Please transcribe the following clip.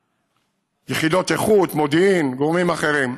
יחידות איכות, מודיעין, גורמים אחרים,